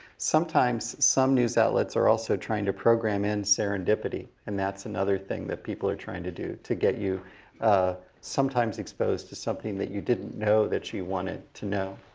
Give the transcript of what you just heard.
sometimes some news outlets are also trying to program in serendipity and that's another thing that people are trying to do. to get you sometimes exposed to something that you didn't know that you wanted to know.